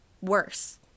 worse